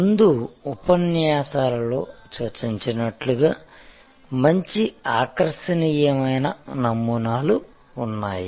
ముందు ఉపన్యాసాల లో చర్చించినట్లుగా మంచి ఆకర్షణీయమైన నమూనాలు ఉన్నాయి